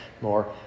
more